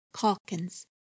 Calkins